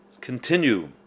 continue